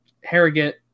Harrogate